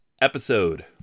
episode